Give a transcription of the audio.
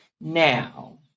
Now